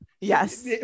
yes